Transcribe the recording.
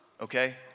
okay